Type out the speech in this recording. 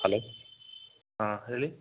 hello ಹಾಂ ಹೇಳಿ